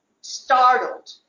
startled